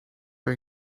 are